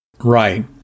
Right